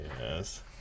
Yes